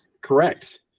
correct